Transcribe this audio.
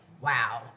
wow